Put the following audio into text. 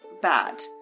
bad